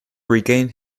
regained